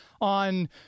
on